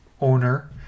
owner